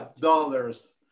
dollars